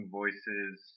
voices